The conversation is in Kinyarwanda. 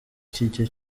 kijya